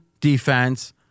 defense